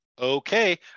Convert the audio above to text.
okay